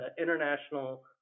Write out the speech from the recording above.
International